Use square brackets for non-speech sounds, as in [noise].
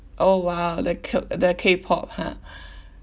oh !wow! the c~ the K-pop ha [breath]